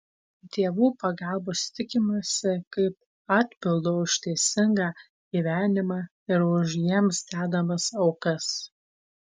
dievų pagalbos tikimasi kaip atpildo už teisingą gyvenimą ir už jiems dedamas aukas